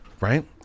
Right